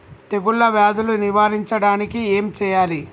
తెగుళ్ళ వ్యాధులు నివారించడానికి ఏం చేయాలి?